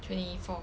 twenty four